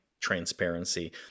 transparency